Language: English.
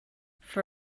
for